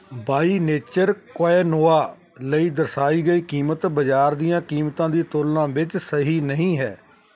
ਬਾਈ nature quinoa ਲਈ ਦਰਸਾਈ ਗਈ ਕੀਮਤ ਬਜ਼ਾਰ ਦੀਆਂ ਕੀਮਤਾਂ ਦੀ ਤੁਲਨਾ ਵਿੱਚ ਸਹੀ ਨਹੀਂ ਹੈ